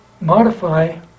modify